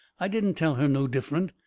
i didn't tell her no different.